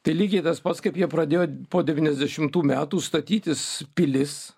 tai lygiai tas pats kaip jie pradėjo po devyniasdešimtų metų statytis pilis